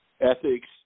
ethics